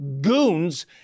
goons